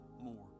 more